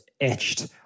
etched